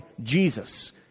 Jesus